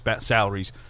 salaries